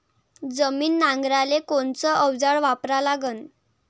जमीन नांगराले कोनचं अवजार वापरा लागन?